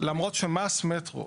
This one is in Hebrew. למרות שמס מטרו,